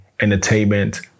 entertainment